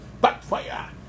Backfire